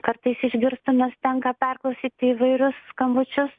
kartais išgirstam nes tenka perklausyti įvairius skambučius